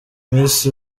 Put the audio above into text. miss